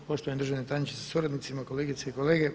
Poštovani državni tajniče sa suradnicima, kolegice i kolege.